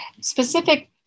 Specific